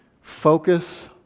Focus